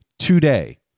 today